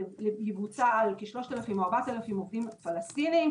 ויבוצע על כ-3000 או 4000 עובדים פלסטיניים,